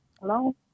hello